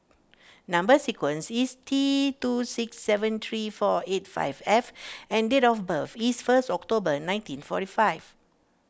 Number Sequence is T two six seven three four eight five F and date of birth is first October nineteen forty five